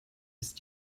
ist